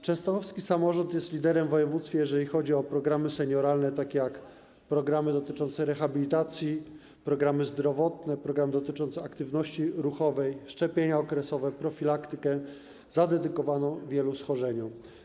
Częstochowski samorząd jest liderem w województwie, jeżeli chodzi o programy senioralne, takie jak programy dotyczące rehabilitacji, programy zdrowotne, programy dotyczące aktywności ruchowej, szczepień okresowych, profilaktyki dedykowanej wielu schorzeniom.